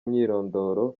imyirondoro